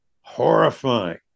horrifying